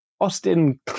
Austin